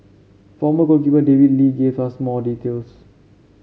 former goalkeeper David Lee gave us more details